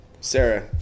Sarah